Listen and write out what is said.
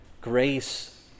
Grace